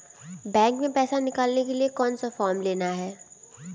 Bank में पैसा निकालने के लिए कौन सा फॉर्म लेना है?